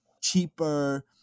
cheaper